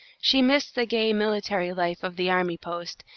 she missed the gay military life of the army post,